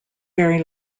very